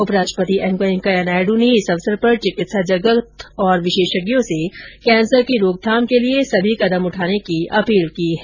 उपराष्ट्रपति एम वैंकेया नायड्र ने इस अवसर पर चिकित्सा जगत और विशेषज्ञों से कैंसर की रोकथाम के लिए सभी कदम उठाने की अपील की है